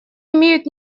имеют